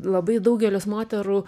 labai daugelis moterų